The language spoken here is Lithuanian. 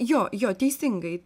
jo jo teisingai